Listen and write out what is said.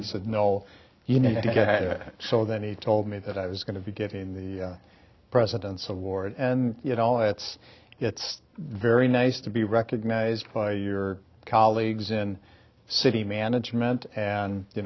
he said no you know so then he told me that i was going to be getting the president's award and you know it's it's very nice to be recognized by your colleagues in city management and you